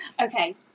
Okay